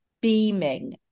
beaming